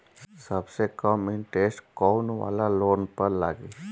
सबसे कम इन्टरेस्ट कोउन वाला लोन पर लागी?